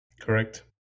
Correct